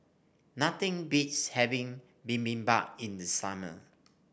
nothing beats having Bibimbap in the summer